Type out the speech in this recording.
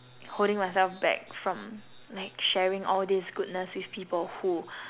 holding myself back from like sharing all these goodness with people who